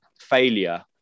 failure